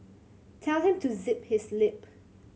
tell him to zip his lip